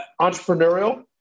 Entrepreneurial